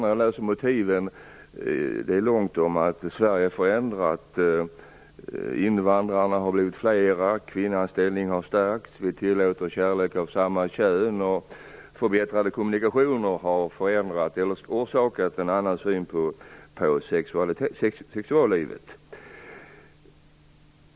När jag läser de omfattande motiven till studien att Sverige har förändrats, att invandrarna har blivit fler, att kvinnans ställning har stärkts, att vi tillåter kärlek mellan människor av samma kön och att förbättrade kommunikationer har lett till en annan syn på sexuallivet.